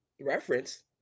Reference